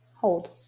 hold